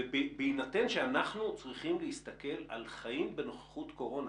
בהינתן שאנחנו צריכים להסתכל על חיים בנוכחות קורונה,